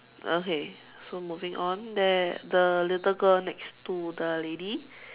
okay so moving on there the little girl next to the lady